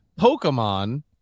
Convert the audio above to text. Pokemon